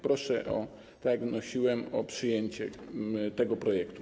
Proszę, tak jak wnosiłem, o przyjęcie tego projektu.